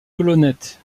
colonnettes